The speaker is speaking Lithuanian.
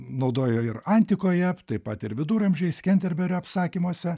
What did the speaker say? naudojo ir antikoje taip pat ir viduramžiais kenterberio apsakymuose